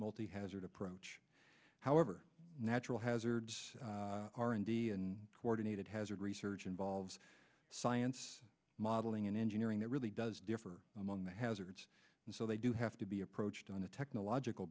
multi hazard approach however natural hazards are indian coordinated hazard research involves science modeling and engineering that really does differ among the hazards and so they do have to be approached on a technological